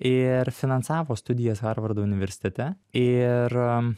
ir finansavo studijas harvardo universitete ir